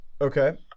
Okay